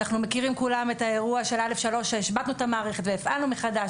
אנחנו מכירים כולם את האירוע של א/3 שהשבתנו את המערכת והפעלנו מחדש,